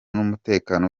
n’umutekano